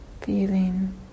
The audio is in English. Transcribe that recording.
feeling